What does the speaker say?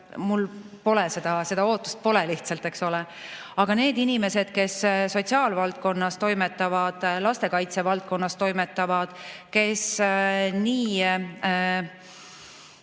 mul pole, seda ootust lihtsalt ei ole, eks ole. Aga need inimesed, kes sotsiaalvaldkonnas toimetavad, lastekaitse valdkonnas toimetavad, kes nii